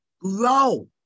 Grow